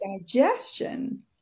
digestion